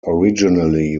originally